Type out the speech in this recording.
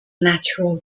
natural